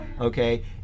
Okay